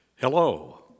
Hello